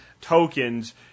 tokens